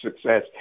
success